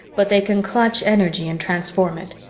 but they can clutch energy and transform it.